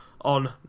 on